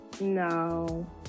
No